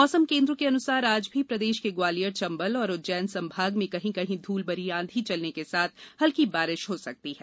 मौसम केन्द्र के अनुसार आज भी प्रदेश के ग्वालियर चंबल और उज्जैन संभाग में कहीं कहीं धूल भरी आंधी चलने के साथ हल्की बारिश हो सकती है